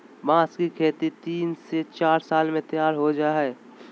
बांस की खेती तीन से चार साल में तैयार हो जाय हइ